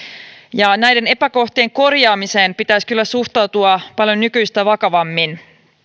ja näiden epäkohtien korjaamiseen pitäisi kyllä suhtautua paljon nykyistä vakavammin